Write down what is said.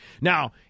Now